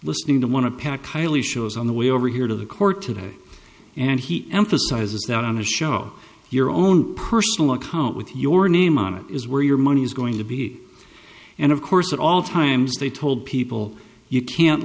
listening to one of pat kiley shows on the way over here to the court today and he emphasizes that on the show your own personal account with your name on it is where your money is going to be and of course at all times they told people you can't